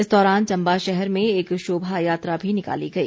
इस दौरान चम्बा शहर में एक शोभा यात्रा भी निकाली गई